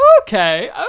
Okay